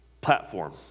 platform